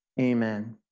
Amen